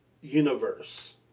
universe